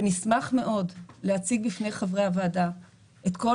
ונשמח מאוד להציג בפני חברי הוועדה את כל